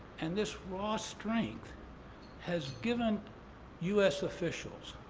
and this raw strength has given u s. officials,